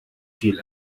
viel